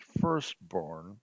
firstborn